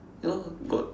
ya got